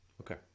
Okay